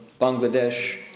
Bangladesh